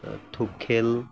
ধোপ খেল